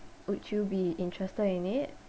would you be interested in it